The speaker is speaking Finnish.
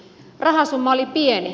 rahasumma oli pieni